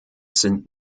sind